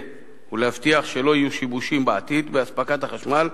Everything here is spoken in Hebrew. ולהבטיח שלא יהיו בעתיד שיבושים באספקת החשמל,